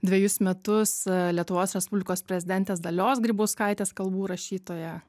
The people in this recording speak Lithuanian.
dvejus metus lietuvos respublikos prezidentės dalios grybauskaitės kalbų rašytoja